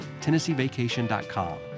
TennesseeVacation.com